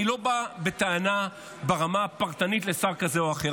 אני לא בא בטענה ברמה הפרטנית לשר כזה או אחר.